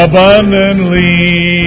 Abundantly